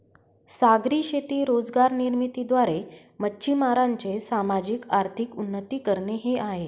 सागरी शेती रोजगार निर्मिती द्वारे, मच्छीमारांचे सामाजिक, आर्थिक उन्नती करणे हे आहे